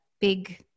big